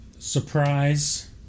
Surprise